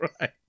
right